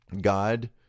God